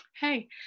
hey